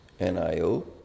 NIO